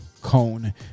Cone